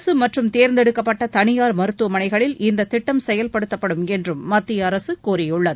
அரசுமற்றும் தேர்ந்தெடுக்கப்பட்டதனியார் மருத்துவமனைகளில் இத்திட்டம் செயல்படுத்தப்படும் என்றும் மத்தியஅரசுகூறியுள்ளது